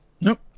Nope